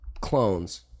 clones